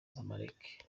zamalek